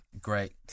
Great